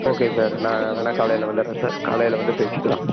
okay sir நான் அங்கே நான் காலையில் வந்திட்றேன் சார் காலையில் வந்து பேசிக்கலாம்